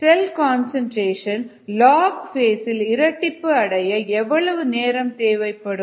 செல் concentration log phase சில் இரட்டிப்பு அடைய எவ்வளவு நேரம் தேவைப்படும்